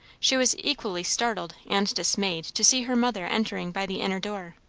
she was equally startled and dismayed to see her mother entering by the inner door.